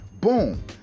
Boom